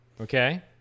okay